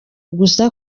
gusa